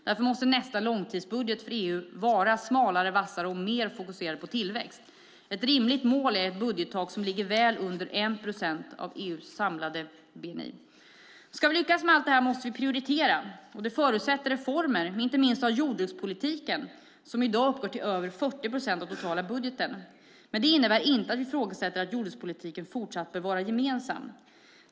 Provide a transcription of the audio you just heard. Därför måste nästa långtidsbudget för EU vara smalare, vassare och mer fokuserad på tillväxt. Ett rimligt mål är ett budgettak som ligger väl under 1 procent av EU:s samlade bni. Ska vi lyckas med allt detta måste vi prioritera. Det förutsätter reformer, inte minst av jordbrukspolitiken som i dag tar över 40 procent av den totala budgeten i anspråk. Vi ifrågasätter dock inte att jordbrukspolitiken fortsatt bör vara gemensam.